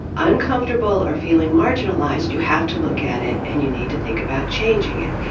uncomfortable or feeling marginalized, you have to look at it and you need to think about changing it.